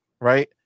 right